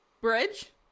bridge